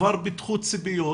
כבר פיתחו ציפיות,